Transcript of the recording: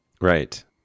Right